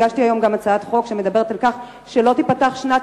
הגשתי היום גם הצעת חוק שמדברת על כך שלא תיפתח שנת